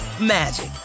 magic